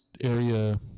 area